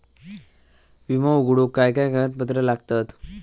विमो उघडूक काय काय कागदपत्र लागतत?